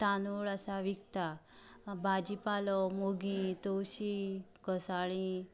तांदूळ आसा विकतात भाजी पालो मुगी तवशीं घोंसाळीं